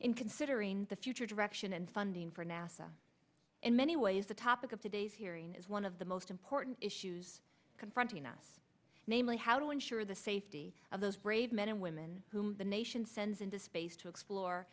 in considering the future direction and funding for nasa in many ways the topic of today's hearing is one of the most important issues confronting us namely how to ensure the safety of those brave men and women whom the nation sends into space to explore